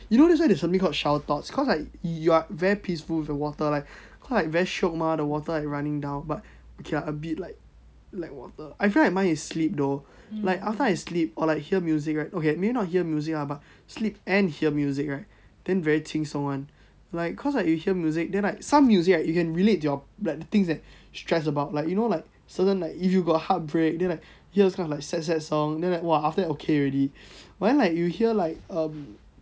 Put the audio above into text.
you know that's why there is something called shower thoughts cause like you are very peaceful with the water like cause like very shook mah the water like running down but okay lah a bit like like water I feel like mine is sleep though like after I sleep or like hear music right okay maybe not hear music ah but sleep and hear music right then very 轻松 [one] like cause like you hear music then like some music right you can relate to your like the things you stress about like you know like certain like if you got heart break then like here is this kind of like sad sad song then like !wah! after that okay already but then like your hear like um